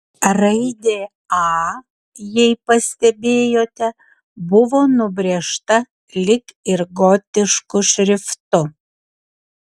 raidė a jei pastebėjote buvo nubrėžta lyg ir gotišku šriftu